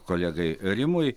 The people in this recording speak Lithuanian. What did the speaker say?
kolegai rimui